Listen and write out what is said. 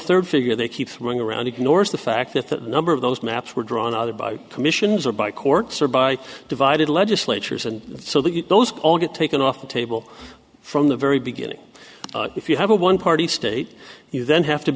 third figure they keep throwing around ignores the fact that the number of those maps were drawn other by commissions or by courts or by divided legislatures and so that those all get taken off the table from the very beginning if you have a one party state you then have to